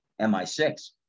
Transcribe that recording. MI6